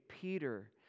Peter